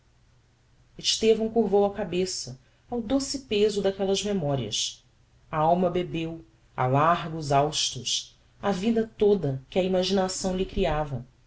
suppunha impossiveis estevão curvou a cabeça ao doce peso daquellas memorias a alma bebeu a largos haustos a vida toda que a imaginação lhe creava